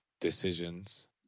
decisions